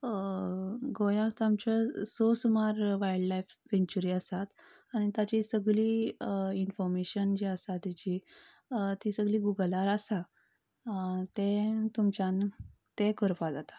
गोंयांत आमच्या स सुमार वायल्डलायफ सँच्युरी आसात आनी ताची सगळीं इन्फॉर्मेशन जे आसा तेची ती सगळीं गुगलार आसा तेंय तुमच्यान तें करपा जाता